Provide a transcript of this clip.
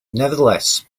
nevertheless